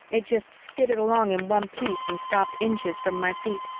it just skidded along in one piece and stopped inches from my feet.